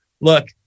look